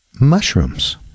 mushrooms